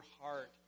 heart